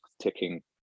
ticking